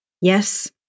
Yes